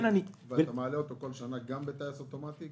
אתה מעלה אותו כל שנה גם בטייס אוטומטי?